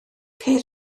ceir